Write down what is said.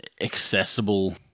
accessible